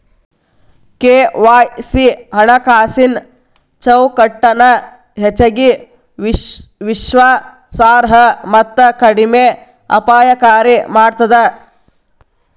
KYC ಹಣಕಾಸಿನ್ ಚೌಕಟ್ಟನ ಹೆಚ್ಚಗಿ ವಿಶ್ವಾಸಾರ್ಹ ಮತ್ತ ಕಡಿಮೆ ಅಪಾಯಕಾರಿ ಮಾಡ್ತದ